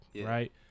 right